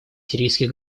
сирийских